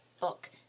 book